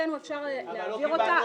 מבחינתנו אפשר להעביר אותה.